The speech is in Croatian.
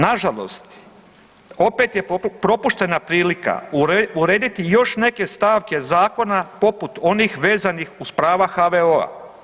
Na žalost opet je propuštena prilika urediti još neke stavke zakona poput onih vezanih uz prava HVO-a.